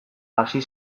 hasi